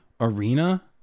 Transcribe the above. arena